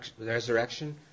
resurrection